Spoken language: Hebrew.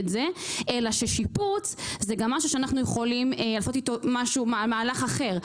אלא ששיפוץ זה משהו שאנחנו גם יכולים לעשות איתו מהלך אחר.